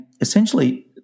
essentially